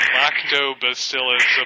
lactobacillus